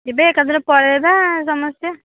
ଯିବେ ଏକାଥରେ ପଳାଇବା ସମସ୍ତେ